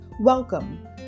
Welcome